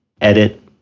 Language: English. edit